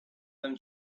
them